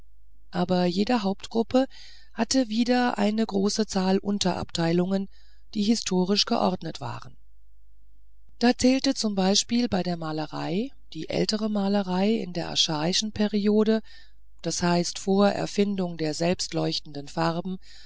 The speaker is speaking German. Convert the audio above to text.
aber jede hauptgruppe hatte wieder eine große zahl unterabteilungen die historisch geordnet waren da zählte zum beispiel bei der malerei die ältere malerei in der archaistischen periode das heißt vor erfindung der selbstleuchtenden farben